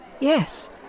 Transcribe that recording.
Yes